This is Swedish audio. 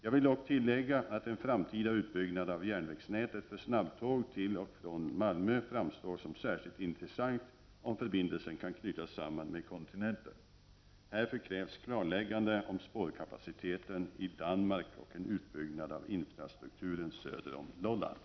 Jag vill dock tillägga att en framtida utbyggnad av järnvägsnätet för snabbtåg till och från Malmö framstår som särskilt intressant om förbindelsen kan knytas samman med kontinenten. Härför krävs klarlägganden om spårkapaciteten i Danmark och om en utbyggnad av infrastrukturen söder om Lolland.